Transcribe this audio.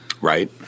Right